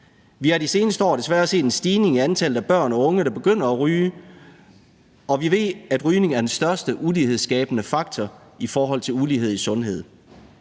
Vi har de seneste år desværre set en stigning i antallet af børn og unge, der begynder at ryge, og vi ved, at rygning er den største ulighedsskabende faktor i forhold til sundhed.